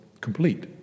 complete